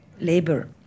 labor